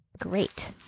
great